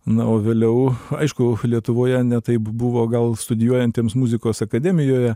na o vėliau aišku lietuvoje ne taip buvo gal studijuojantiems muzikos akademijoje